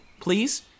please